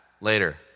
later